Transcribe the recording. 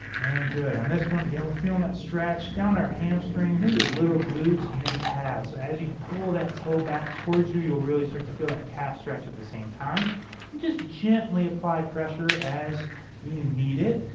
and good on this one again we're feeling that stretch down our hamstring and maybe a little glutes and then calves so as you pull that toe back towards you you'll really start to feel that calf stretch at the same time just gently apply pressure as you need it